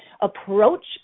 approach